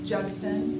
Justin